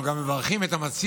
אנחנו גם מברכים את המציע,